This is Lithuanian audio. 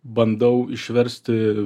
bandau išversti